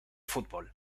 fútbol